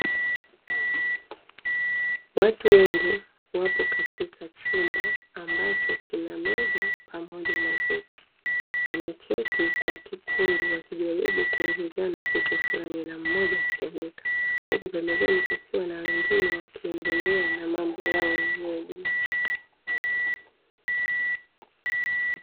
Watu wengi wapo katika chumba ambacho kina meza pamoja na viti. Wameketi kwa kikundi wakijaribu kuulizana kitu fulani na mwingine akiandika. Huku pembeni kukiwa wengine wakiendelea na mambo yao wenyewe binafsi.